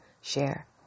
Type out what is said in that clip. share